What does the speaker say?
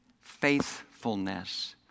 Faithfulness